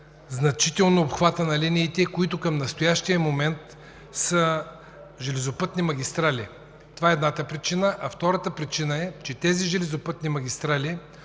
значително обхватът на линиите, които към настоящия момент са железопътни магистрали – това е едната причина. Втората причина е, че тези железопътни магистрали